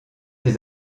des